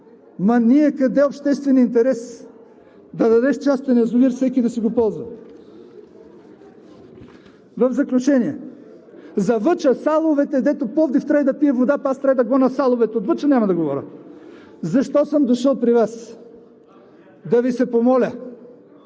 Къде е общественият интерес – да дадеш частен язовир всеки да си го ползва?! В заключение, за „Въча“ – саловете, където Пловдив трябва да пие вода, пък аз трябва да гоня саловете от „Въча“ – няма да говоря. Защо съм дошъл при Вас? Да Ви се помоля,